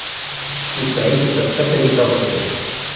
सिंचाई के कतका तरीक़ा होथे?